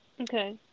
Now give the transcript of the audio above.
Okay